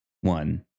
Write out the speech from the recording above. one